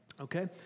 okay